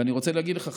ואני רוצה להגיד לך,